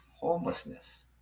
homelessness